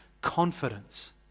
confidence